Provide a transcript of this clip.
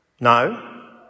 No